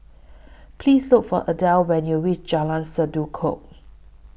Please Look For Adel when YOU REACH Jalan Sendudok